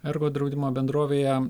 ergo draudimo bendrovėje